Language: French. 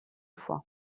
foi